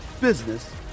business